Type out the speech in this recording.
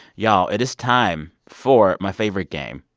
y'all, it is time for my favorite game,